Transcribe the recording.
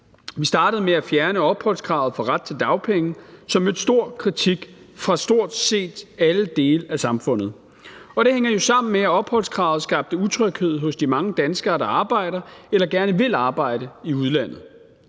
Vi startede med at fjerne opholdskravet for ret til dagpenge, som mødte stor kritik fra stort set alle dele af samfundet. Og det hænger jo sammen med, at opholdskravet skabte utryghed hos de mange danskere, der arbejder eller gerne vil arbejde i udlandet.